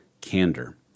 candor